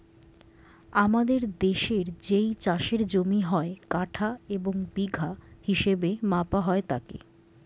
আমাদের দেশের যেই চাষের জমি হয়, কাঠা এবং বিঘা হিসেবে মাপা হয় তাকে